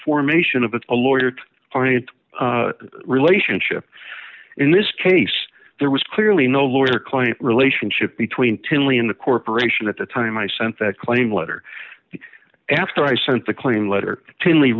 formation of a lawyer client relationship in this case there was clearly no lawyer client relationship between tinley in the corporation at the time i sent that claim letter after i sent the claim letter tinl